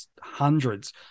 hundreds